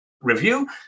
review